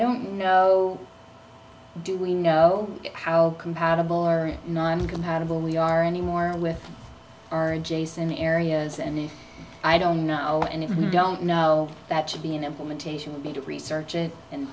don't know how do we know how compatible or non compatible we are anymore with our jason areas and i don't know and if you don't know that should be an implementation would be to research it and